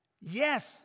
Yes